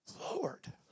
Lord